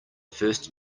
first